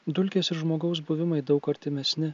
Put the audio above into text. dulkės ir žmogaus buvimai daug artimesni